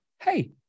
hey